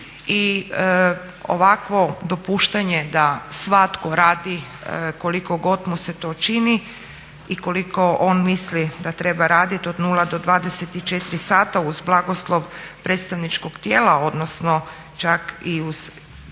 i ovakvo dopuštanje da svatko radi koliko god mu se to čini i koliko on misli da treba raditi o 0 do 24 sati uz blagoslov predstavničkog tijela odnosno čak i uz blagoslov